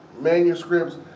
manuscripts